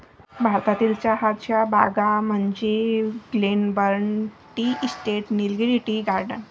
भारतातील चहाच्या बागा म्हणजे Glenburn tea estate, Nilgiri tea garden